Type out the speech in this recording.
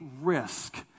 risk